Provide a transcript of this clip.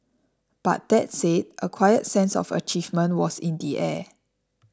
but that said a quiet sense of achievement was in the air